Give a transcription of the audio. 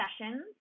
sessions